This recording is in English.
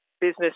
business